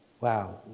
Wow